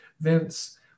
Vince